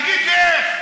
תגיד לי איך.